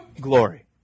glory